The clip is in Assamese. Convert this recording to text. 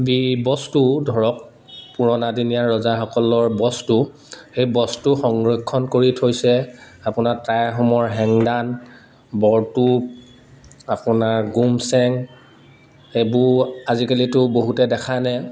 যি বস্তু ধৰক পুৰণা দিনীয়া ৰজাসকলৰ বস্তু সেই বস্তু সংৰক্ষণ কৰি থৈছে আপোনাৰ টাই আহোমৰ হেংদাং বৰটোপ আপোনাৰ গুম চেং এইবোৰ আজিকালিতো বহুতে দেখা নাই